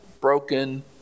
broken